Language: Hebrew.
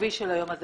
החיובי של היום הזה,